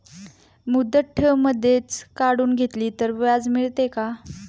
मुदत ठेव मधेच काढून घेतली तर व्याज मिळते का?